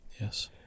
Yes